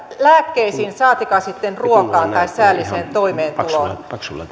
lääkkeisiin saatikka sitten ruokaan tai säälliseen toimeentuloon